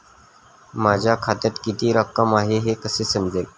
माझ्या खात्यात किती रक्कम आहे हे कसे समजेल?